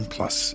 Plus